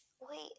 Wait